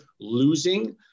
losing